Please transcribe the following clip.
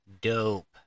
Dope